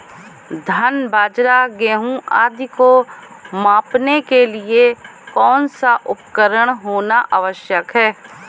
धान बाजरा गेहूँ आदि को मापने के लिए कौन सा उपकरण होना आवश्यक है?